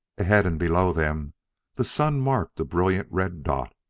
ahead and below them the sun marked a brilliant red dot.